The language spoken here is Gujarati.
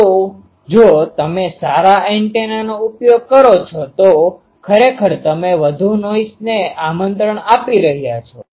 તો જો તમે સારા એન્ટેનાનો ઉપયોગ કરો છો તો ખરેખર તમે વધુ નોઈસ ને આમંત્રણ આપી રહ્યાં છો